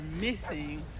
missing